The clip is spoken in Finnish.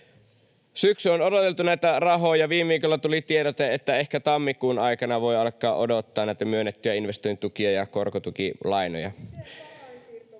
Syksy on odoteltu näitä rahoja. Viime viikolla tuli tiedote, että ehkä tammikuun aikana voi alkaa odottaa näitä myönnettyjä investointitukia ja korkotukilainoja.